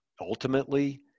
Ultimately